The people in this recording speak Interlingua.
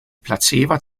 placeva